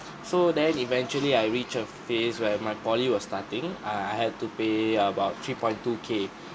so then eventually I reach a phase where my poly was starting uh I had to pay about three point two k